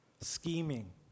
scheming